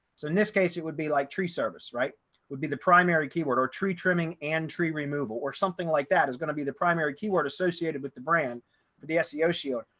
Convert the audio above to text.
so in this case, it would be like service right would be the primary keyword or tree trimming and tree removal or something like that is going to be the primary keyword associated with the brand for the seo seo,